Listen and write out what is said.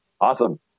Awesome